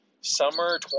summer